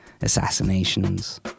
assassinations